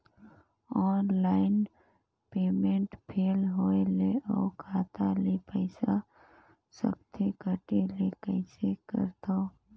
Online payment fail होय ले अउ खाता ले पईसा सकथे कटे ले कइसे करथव?